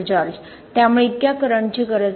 George त्यामुळे इतक्या करंटची गरज नाही